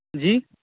جی